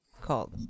called